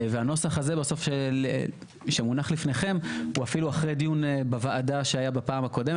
הנוסח הזה שמונח לפניכם הוא אפילו אחרי דיון בוועדה שהייתה בפעם הקודמת,